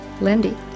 Lindy